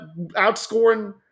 outscoring –